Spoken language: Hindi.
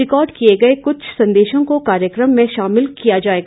रिकॉर्ड किए गए कुछ संदेशों को कार्यक्रम में शामिल किया जाएगा